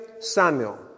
Samuel